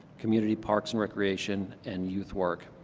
community parks and recreation, and youth work.